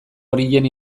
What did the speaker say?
horien